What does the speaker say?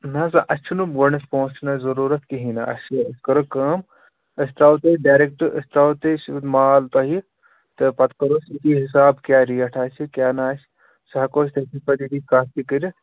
نہٕ حظ اَسہِ چھُنہٕ گۄڈنیٚتھ پوٗنٛسہٕ چھُنہٕ اَسہِ ضروٗرت کہیٖنٛۍ اسہِ کرو کأم أسۍ ترٛاوو تیٚلہِ ڈاریکٹ أسۍ ترٛاوو أسۍ مال تۄہہِ تہٕ پتہٕ کرو أسۍ تٔتی حِساب کیٛاہ ریٹ آسہِ کیٛاہ نہَ آسہِ سُہ ہیٚکو أسۍ پَتہٕ ییٚتی کتھ تہِ کٔرِتھ